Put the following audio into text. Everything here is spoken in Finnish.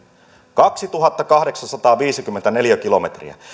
kaksituhattakahdeksansataaviisikymmentä neliökilometriä